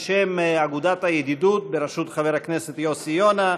בשם אגודת הידידות בראשות חבר הכנסת יוסי יונה,